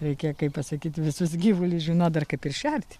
reikia kaip pasakyt visus gyvulius žinot dar kaip ir šerti